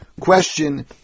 question